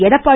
Edappadi